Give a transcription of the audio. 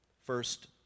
First